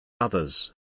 Others